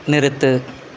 நிறுத்து